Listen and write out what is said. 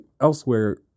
elsewhere